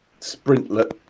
sprintlet